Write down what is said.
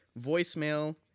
voicemail